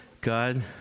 God